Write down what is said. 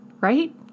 Right